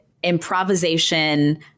improvisation